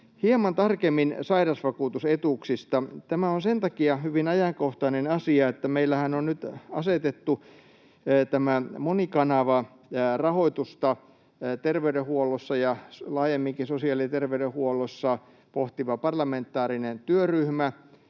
Hieman tarkemmin sairausvakuutusetuuksista: Tämä on sen takia hyvin ajankohtainen asia, että meillähän on nyt asetettu tämä monikanavarahoitusta terveydenhuollossa ja laajemminkin sosiaali- ja terveydenhuollossa pohtiva parlamentaarinen työryhmä,